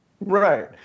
Right